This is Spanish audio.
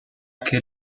que